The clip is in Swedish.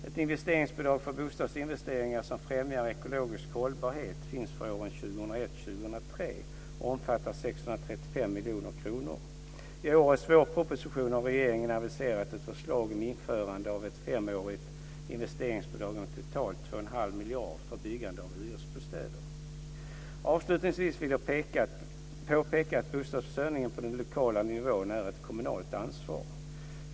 Ett investeringsbidrag för bostadsinvesteringar som främjar ekologisk hållbarhet finns för åren Avslutningsvis vill jag påpeka att bostadsförsörjningen på den lokala nivån är ett kommunalt ansvar.